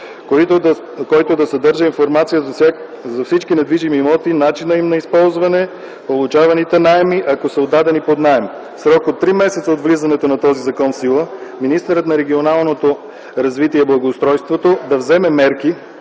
който да съдържа информация за всички недвижими имоти, начина им на използване, получаваните наеми, ако са отдадени под наем. В срок от три месеца от влизането на този закон в сила министърът на регионалното развитие и благоустройството да вземе мерки